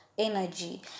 energy